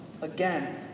again